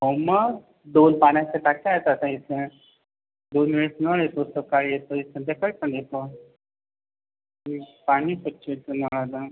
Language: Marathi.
हो मग दोन पान्याच्या टाक्या आहेत आता इथं दोन वेळेस नळ येतो सकाळी येतो एक संध्याकाळी पन येतो पानी स्वच्छ येतं नळाला